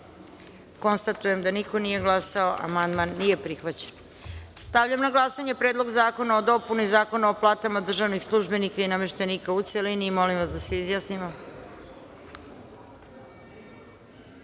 konstatujem da niko nije glasao. Amandman nije prihvaćen. Stavljam na glasanje Predlog zakona o dopuni Zakona o platama državnih službenika i nameštenika u celini. Molim da se